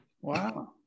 Wow